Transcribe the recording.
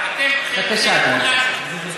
בבקשה, אדוני.